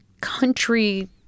country